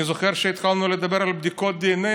אני זוכר שהתחלנו לדבר על בדיקות דנ"א.